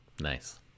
Nice